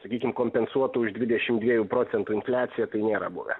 sakykim kompensuotų už dvidešim dviejų procentų infliaciją tai nėra buvę